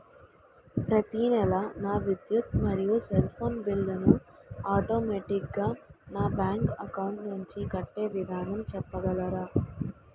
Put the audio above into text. ప్రతి నెల నా విద్యుత్ మరియు సెల్ ఫోన్ బిల్లు ను ఆటోమేటిక్ గా నా బ్యాంక్ అకౌంట్ నుంచి కట్టే విధానం చెప్పగలరా?